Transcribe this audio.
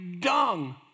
dung